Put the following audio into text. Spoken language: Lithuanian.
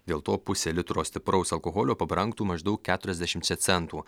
dėl to pusė litro stipraus alkoholio pabrangtų maždaug keturiasdešimčia centų